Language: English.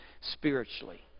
spiritually